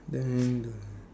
then uh